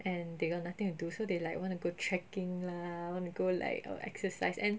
and they got nothing to do so they like wanna go trekking lah want to go like uh exercise and